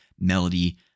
melody